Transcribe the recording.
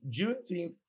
Juneteenth